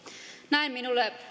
näin minulle